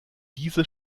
diese